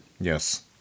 yes